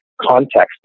context